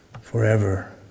forever